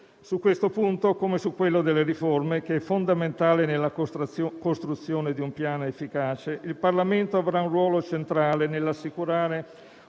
Su questo punto, come su quello delle riforme, che è fondamentale nella costruzione di un Piano efficace, il Parlamento avrà un ruolo centrale nell'assicurare